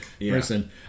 person